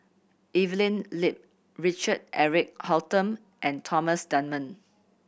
Evelyn Lip Richard Eric Holttum and Thomas Dunman